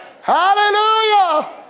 Hallelujah